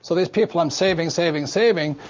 so these people, i'm saving, saving, saving.